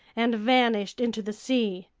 and vanished into the sea.